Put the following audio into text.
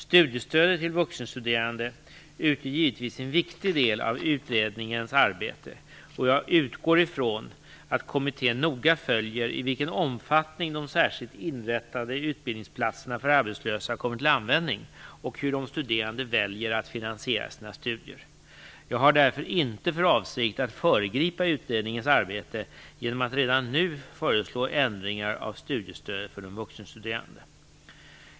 Studiestödet till vuxenstuderande utgör givetvis en viktig del av utredningens arbete, och jag utgår från att kommittén noga följer i vilken omfattning de särskilt inrättade utbildningsplatserna för arbetslösa kommer till användning och hur de studerande väljer att finansiera sina studier. Jag har därför inte för avsikt att föregripa utredningens arbete genom att redan nu föreslå ändringar av studiestödet för de vuxenstuderande.